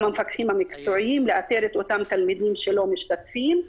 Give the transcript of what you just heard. המפקחים המקצועיים לאתר את אותם תלמידים שלא משתתפים.